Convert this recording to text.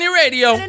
radio